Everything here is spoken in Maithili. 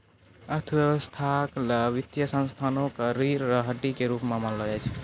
अर्थव्यवस्था ल वित्तीय संस्थाओं क रीढ़ र हड्डी के रूप म मानलो जाय छै